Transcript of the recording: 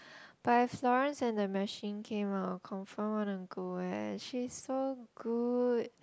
but if Florence and the Machine came out I confirm wanna go eh she's so good